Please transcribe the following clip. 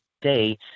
Day